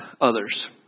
others